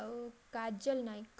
ଆଉ କାଜଲ୍ ନାୟକ